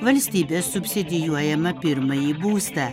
valstybės subsidijuojamą pirmąjį būstą